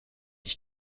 ich